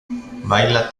baila